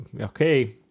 okay